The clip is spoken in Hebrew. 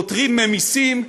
פוטרים ממסים,